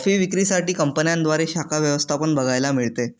coffee विक्री साठी कंपन्यांद्वारे शाखा व्यवस्था पण बघायला मिळते